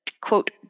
quote